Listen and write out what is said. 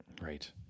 Right